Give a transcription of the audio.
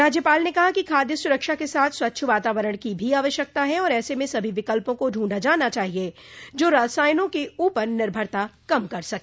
राज्यपाल ने कहा कि खाद्य सुरक्षा के साथ स्वच्छ वातावरण की भी आवश्यकता है और ऐसे में सभो विकल्पों को ढूंढा जाना चाहिये जो रासायनों के ऊपर निर्भरता कम कर सके